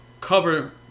cover